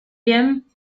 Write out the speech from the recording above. bien